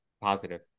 positive